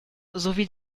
sowie